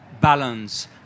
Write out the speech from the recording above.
balance